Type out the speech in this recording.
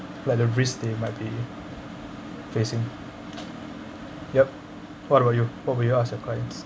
like the risk they might be facing yup what about you what will you ask your clients